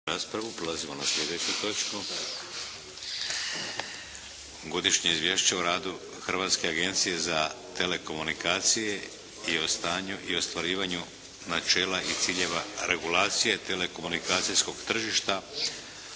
raspravio je godišnje izvješće o radu Hrvatske agencije za telekomunikacije i o stanju ostvarivanja načela i ciljeva regulacije telekomunikacijskog tržišta